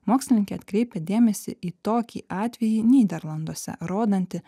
mokslininkė atkreipia dėmesį į tokį atvejį nyderlanduose rodantį